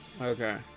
Okay